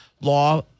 law